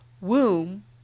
womb